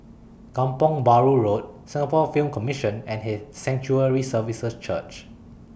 Kampong Bahru Road Singapore Film Commission and His Sanctuary Services Church